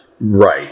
Right